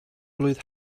blwydd